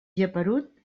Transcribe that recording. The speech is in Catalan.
geperut